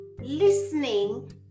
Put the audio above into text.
listening